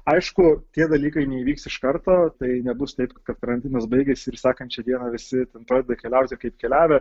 aišku tie dalykai neįvyks iš karto tai nebus taip kad karantinas baigėsi ir sekančią dieną visi ten pradeda keliauti kaip keliavę